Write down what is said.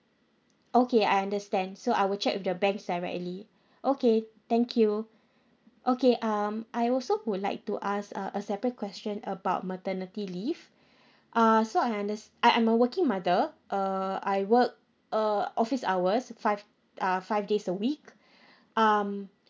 okay I understand so I will check with the banks directly okay thank you okay um I also would like to ask uh a separate question about maternity leave uh so I unders~ I'm a working mother err I work uh office hours five uh five days a week um